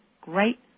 Great